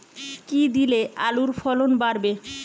কী দিলে আলুর ফলন বাড়বে?